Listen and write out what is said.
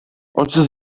ojciec